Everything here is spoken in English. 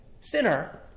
Sinner